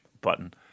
button